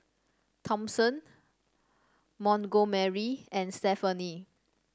Thompson Montgomery and Stephani